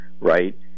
right